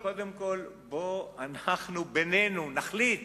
קודם כול, אנחנו בינינו נחליט